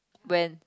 when